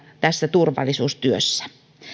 tässä turvallisuustyössä